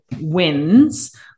wins